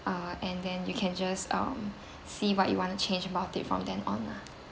uh and then you can just um see what you want to change about the form then on ah